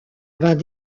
vint